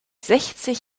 sechzig